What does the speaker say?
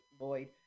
Lloyd